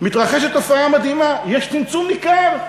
מתרחשת תופעה מדהימה: יש צמצום ניכר,